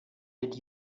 did